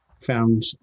found